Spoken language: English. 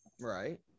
Right